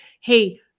hey